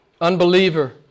unbeliever